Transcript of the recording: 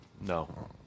No